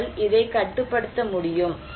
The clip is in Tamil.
அவர்கள் இதை கட்டுப்படுத்த முடியும்